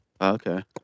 Okay